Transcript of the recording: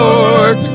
Lord